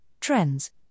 Trends